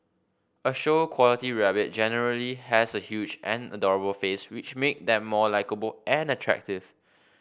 a show quality rabbit generally has a huge and adorable face which make them more likeable and attractive